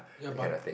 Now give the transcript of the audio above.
ya but